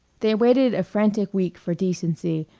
they waited a frantic week for decency,